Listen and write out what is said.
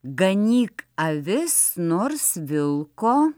ganyk avis nors vilko